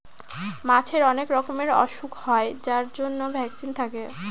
মাছের অনেক রকমের ওসুখ হয় যার জন্য ভ্যাকসিন থাকে